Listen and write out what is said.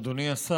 אדוני היושב-ראש.